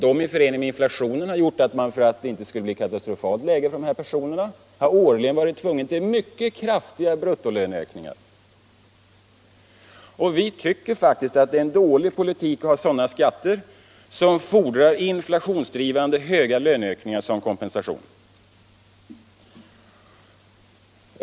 Dessa i förening med inflationen har gjort att man — för att läget för de här personerna inte skall bli katastrofalt — årligen tvingats till mycket kraftiga bruttolöneökningar. Vi moderater tycker faktiskt att det är en dålig politik att ha skatter som fordrar inflationsdrivande höga löneökningar som kompensation.